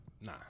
Nah